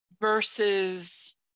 Versus